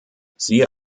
siehe